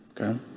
okay